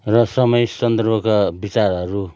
र समय सन्दर्भका विचारहरू